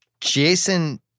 Jason